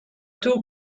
two